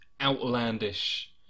outlandish